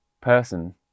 person